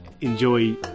enjoy